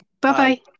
bye-bye